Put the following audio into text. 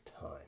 time